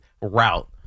route